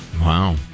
Wow